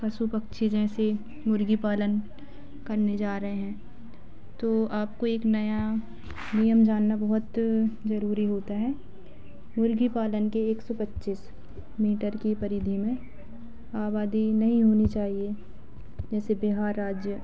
पशु पक्षी जैसे मुर्गी पालन करने जा रहे हैं तो आपको एक नया नियम जानना बहुत ज़रूरी होता है मुर्गी पालन के एक सौ पच्चीस मीटर की परिधि में आबादी नहीं होनी चाहिए जैसे बिहार राज्य